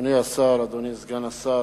אדוני השר, אדוני סגן השר,